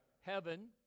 Heaven